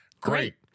Great